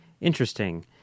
interesting